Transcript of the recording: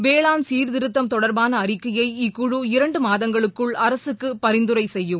வேளாண் சீர்திருத்தம் தொடர்பான அறிக்கையை இக்குழு இரண்டு மாதங்களுக்குள் அரசுக்கு பரிந்துரை செய்யும்